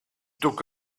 took